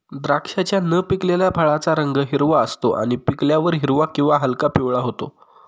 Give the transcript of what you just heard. द्राक्षाच्या न पिकलेल्या फळाचा रंग हिरवा असतो आणि पिकल्यावर हिरवा किंवा हलका पिवळा होतो